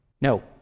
No